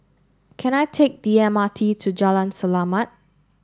can I take the M R T to Jalan Selamat